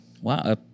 Wow